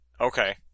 Okay